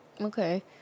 Okay